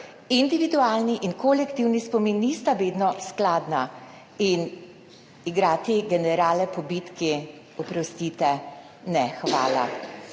Individualni in kolektivni spomin nista vedno skladna in igrati generale po bitki, oprostite, ne, hvala.